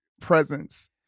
presence